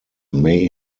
may